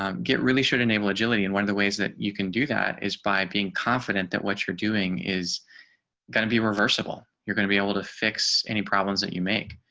um get really should enable agility and one of the ways that you can do that is by being confident that what you're doing is going to be reversible, you're going to be able to fix any problems that you make.